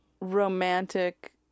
romantic